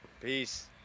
Peace